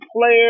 player